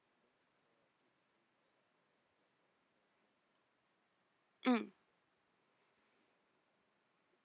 mm